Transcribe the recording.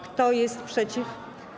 Kto jest przeciw?